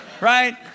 right